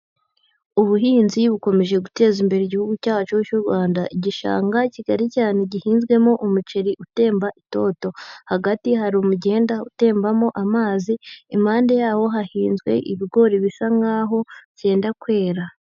Ubuhinzi bukomeje guteza imbere igihugu cyacu cy'u Rwanda, igishanga kigari cyane gihinzwemo umuceri utemba itoto. Hagati hari umugenda utembamo amazi, impande yawo hahinzwe ibigori bisa nkaho byenda kwera.